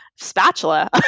spatula